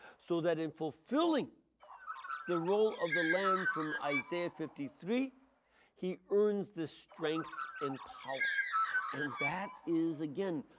so that in fulfilling the role of the lamb from isaiah fifty three he earns the strength and power and that is again